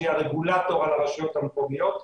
שהיא הרגולטור על הרשויות המקומיות.